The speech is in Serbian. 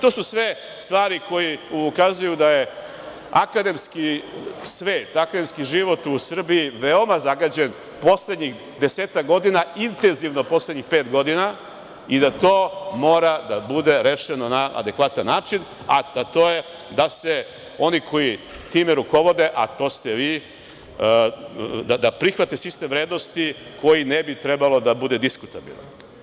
To su sve stvari koje ukazuju da je akademski svet, akademski život u Srbiji veoma zagađen poslednjih desetak godina, intenzivno poslednjih pet godina i da to mora da bude rešeno na adekvatan način, a to je da oni koji time rukovode, a to ste vi, da prihvate sistem vrednosti, koji ne bi trebao da bude diskutabilan.